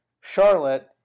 Charlotte